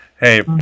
hey